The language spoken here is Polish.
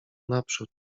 naprzód